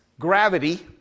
gravity